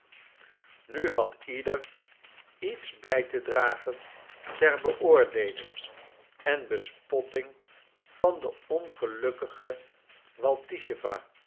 nu had ieder iets bij te dragen ter beoordeeling en bespotting van de ongelukkige waltischewa